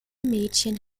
mädchen